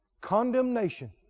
condemnation